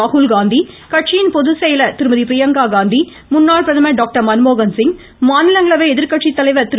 ராகுல்காந்தி கட்சியின் பொதுச்செயலா திருமதி பிரியங்கா காந்தி முன்னாள் பிரதமர் டாக்டர் மன்மோகன்சிங் மாநிலங்களவை எதிர்கட்சி தலைவர் திரு